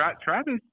Travis